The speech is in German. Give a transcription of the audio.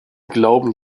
glauben